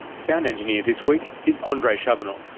sound engineer this week is andrei shabunov,